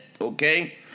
okay